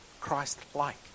Christ-like